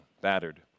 battered